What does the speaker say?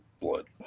blood